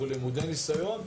אנחנו למודי ניסיון.